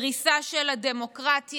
דריסה של הדמוקרטיה.